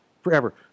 forever